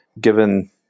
given